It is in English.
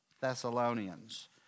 Thessalonians